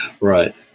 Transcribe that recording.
Right